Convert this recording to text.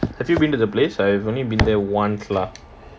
have you been to the place I've only been there once lah